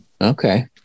Okay